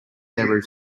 their